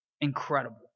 incredible